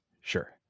Sure